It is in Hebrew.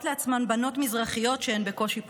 לעצמן בנות מזרחיות שהן בקושי פוגשות.